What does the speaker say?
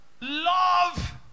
Love